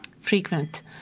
frequent